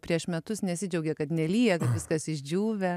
prieš metus nesidžiaugė kad nelyja viskas išdžiūvę